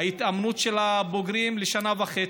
ההתאמנות של הבוגרים, לשנה וחצי.